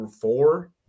four